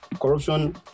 Corruption